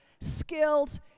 skilled